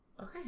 Okay